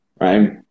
Right